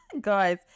guys